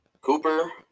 Cooper